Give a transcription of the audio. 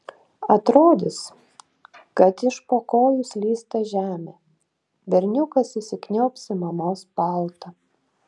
atrodys kad iš po kojų slysta žemė berniukas įsikniaubs į mamos paltą